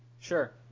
Sure